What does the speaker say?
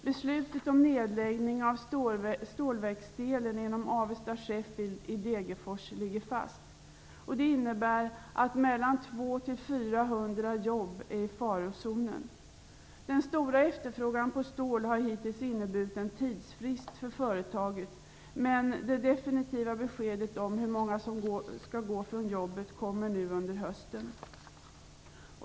Beslutet om nedläggning av stålverksdelen inom Avesta Sheffield i Degerfors ligger fast. Det innebär att mellan 200 och 400 jobb är i farozonen. Den stora efterfrågan på stål har hittills inneburit en tidsfrist för företaget, men det definitiva beskedet om hur många som skall gå från sina jobb kommer nu under hösten.